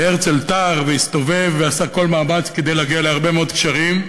והרצל תר והסתובב ועשה כל מאמץ כדי להגיע להרבה מאוד קשרים,